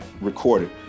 recorded